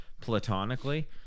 platonically